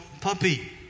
puppy